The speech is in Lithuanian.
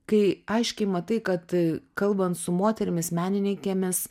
kai aiškiai matai kad kalbant su moterimis menininkėmis